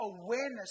awareness